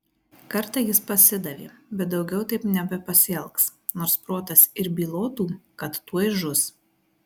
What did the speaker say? kartą jis pasidavė bet daugiau taip nebepasielgs nors protas ir bylotų kad tuoj žus